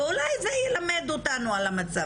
ואולי זה ילמד אותנו על המצב.